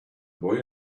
boy